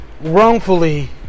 wrongfully